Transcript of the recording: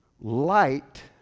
Light